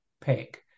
pick